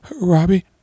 Robbie